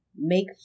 make